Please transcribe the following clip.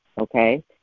okay